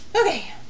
Okay